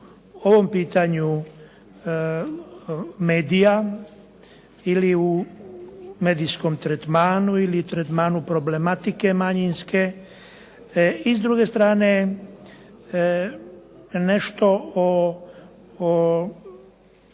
ovom pitanju medija ili u medijskom tretmanu ili tretmanu problematike manjinske i s druge strane nešto o